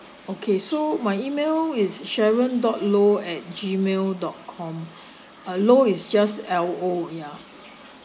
okay so my email is sharon dot lo at gmail dot com uh lo is just L O yeah